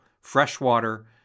freshwater